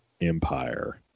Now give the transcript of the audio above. Empire